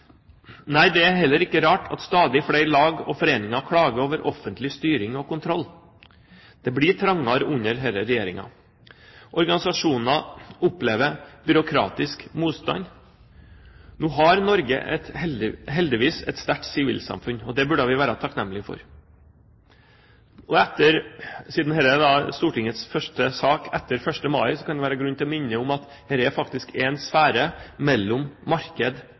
Nei, det er heller ikke rart at stadig flere lag og foreninger klager over offentlig styring og kontroll. Det blir trangere under denne regjeringen. Organisasjoner opplever byråkratisk motstand. Nå har Norge heldigvis et sterkt sivilsamfunn. Det burde vi være takknemlig for. Siden dette er Stortingets første sak etter 1. mai, kan det være grunn til å minne om at dette er faktisk en sfære mellom marked